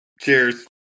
Cheers